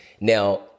Now